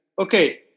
okay